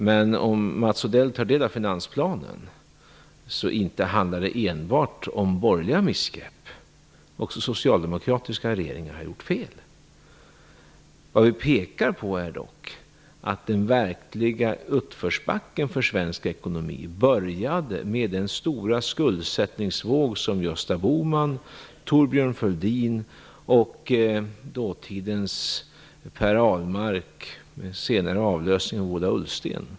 Men om Mats Odell tar del av finansplanen så skall han finna att det inte enbart handlar om borgerliga missgrepp. Också socialdemokratiska regeringar har begått fel. Vad vi pekar på är dock att den verkliga uppförsbacken för svensk ekonomi började med den stora skuldsättningsvåg som sattes i gång av Gösta Bohman, Thorbjörn Fälldin och Per Ahlmark - den senare avlöst av Ola Ullsten.